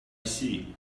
see